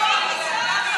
מיקי זוהר,